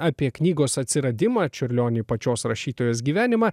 apie knygos atsiradimą čiurlionį pačios rašytojos gyvenimą